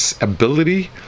ability